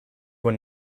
were